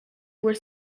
were